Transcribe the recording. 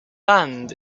band